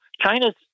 China's